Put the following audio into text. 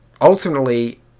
ultimately